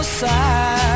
side